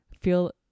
feel